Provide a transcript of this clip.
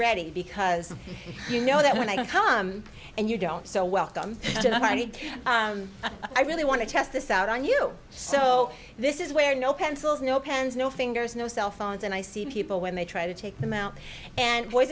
ready because you know that when i come and you don't so welcome then i need i really want to test this out on you so this is where no pencils no pens no fingers no cell phones and i see people when they try to take them out and boys